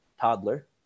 toddler